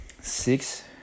six